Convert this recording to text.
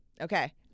Okay